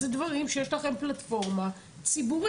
זה דברים שיש לכם פלטפורמה ציבורית.